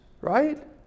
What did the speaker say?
right